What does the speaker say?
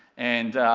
and,